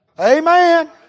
Amen